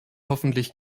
hoffentlich